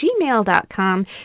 gmail.com